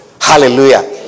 Hallelujah